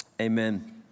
Amen